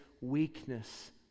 weakness